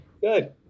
Good